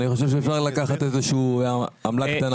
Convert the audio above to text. אני חושב שאפשר לקחת איזה שהיא עמלה קטנה